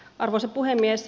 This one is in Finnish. arvoisa puhemies